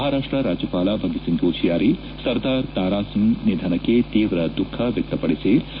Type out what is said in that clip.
ಮಹಾರಾಷ್ಟ ರಾಜ್ಞಪಾಲ ಭಗತ್ಸಿಂಗ್ ಕೋಸಿಯಾರಿ ಸರ್ದಾರ್ ತಾರಾಸಿಂಗ್ ನಿಧನಕ್ಕೆ ತೀವ್ರ ದುಃಖ ವ್ಯಕ್ತಪಡಿಸಿದ್ದಾರೆ